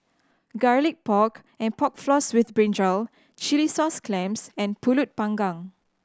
Garlic Pork and Pork Floss with brinjal chilli sauce clams and Pulut Panggang